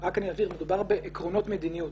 אבהיר שמדובר בעקרונות מדיניות.